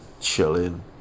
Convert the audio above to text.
Chilling